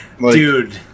Dude